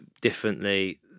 differently